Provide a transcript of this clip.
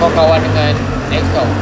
kau kawan dengan ex kau